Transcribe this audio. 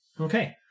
Okay